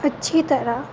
ਅੱਛੀ ਤਰ੍ਹਾਂ